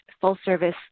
full-service